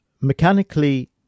mechanically